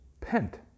pent